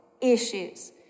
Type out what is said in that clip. issues